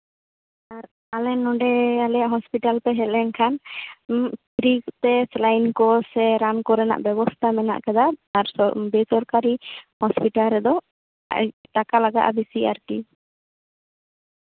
ᱟᱨ ᱟᱞᱮ ᱱᱚᱰᱮ ᱦᱚᱥᱯᱤᱴᱟᱞ ᱯᱮ ᱦᱮᱡ ᱞᱮᱱᱠᱷᱟᱱ ᱯᱷᱤᱨᱤ ᱛᱮ ᱥᱤᱞᱟᱭᱤᱱ ᱠᱚ ᱥᱮ ᱨᱟᱱ ᱠᱚᱨᱮᱱᱟᱜ ᱵᱮᱵᱚᱥᱛᱷᱟ ᱢᱮᱱᱟᱜ ᱠᱟᱫᱟ ᱵᱮᱥᱚᱨᱠᱟᱨᱤ ᱦᱚᱥᱯᱤᱴᱟᱞ ᱨᱮᱫᱚ ᱴᱟᱠᱟ ᱞᱟᱜᱟᱜᱼᱟ ᱵᱮᱥᱤ ᱟᱨᱠᱤ